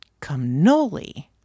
cannoli